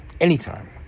anytime